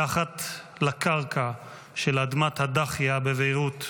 מתחת לקרקע של אדמת הדאחייה בבירות.